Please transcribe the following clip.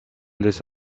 these